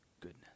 goodness